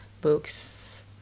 books